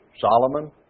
Solomon